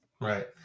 Right